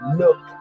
look